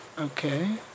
Okay